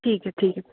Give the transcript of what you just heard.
ठीक है ठीक है